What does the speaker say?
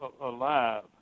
alive